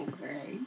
Okay